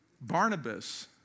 Barnabas